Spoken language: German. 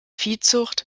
viehzucht